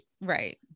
right